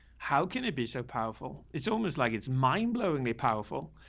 how can it be so powerful? it's almost like it's mindblowing me powerful.